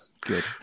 good